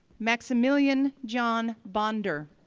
maximilian john bonder,